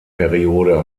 periode